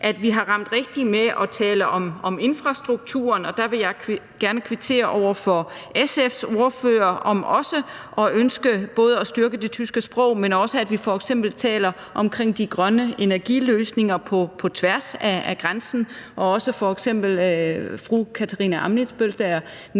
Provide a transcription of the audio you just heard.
og vi har ramt rigtigt med at tale om infrastrukturen. Og der vil jeg gerne kvittere over for SF's ordførers ønske om også at styrke det tyske sprog, men også at vi f.eks. taler om de grønne energiløsninger på tværs af grænsen. Og der var også f.eks. fru Katarina Ammitzbøll, der nævner